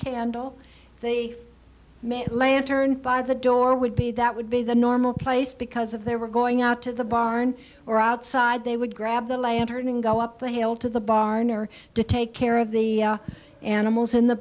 candle they made lantern by the door would be that would be the normal place because if they were going out to the barn or outside they would grab the lantern and go up the hill to the barn or to take care of the animals in the